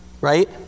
Right